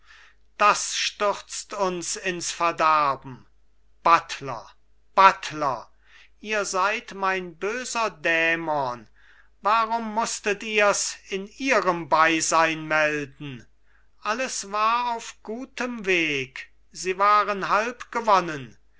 das stürzt uns ins verderben buttler buttler ihr seid mein böser dämon warum mußtet ihrs in ihrem beisein melden alles war auf gutem weg sie waren halb gewonnen